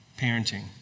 parenting